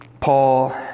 Paul